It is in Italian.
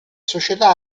società